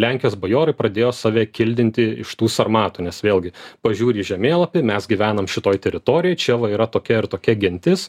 lenkijos bajorai pradėjo save kildinti iš tų sarmatų nes vėlgi pažiūri į žemėlapį mes gyvenam šitoj teritorijoj čia va yra tokia ir tokia gentis